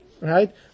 right